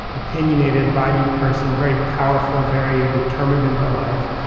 opinionated, biting person, very powerful, very determined in her life.